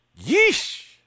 Yeesh